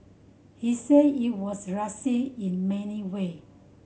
he said it was racist in many way